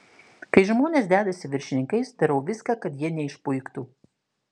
kai žmonės dedasi viršininkais darau viską kad jie neišpuiktų